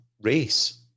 race